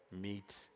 meet